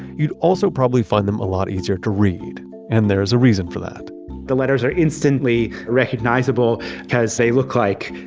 you'd also probably find them a lot easier to read and there's a reason for that the letters are instantly recognizable as they look like